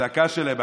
הצעקה שלהם,